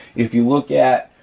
if you look at,